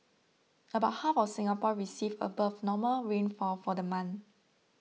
about half of Singapore received above normal rainfall for the month